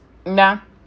nah